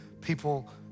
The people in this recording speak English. People